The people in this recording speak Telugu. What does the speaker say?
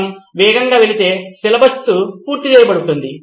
మనము వేగంగా వెళితే సిలబస్ పూర్తి చేయబడుతుంది